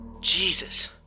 Jesus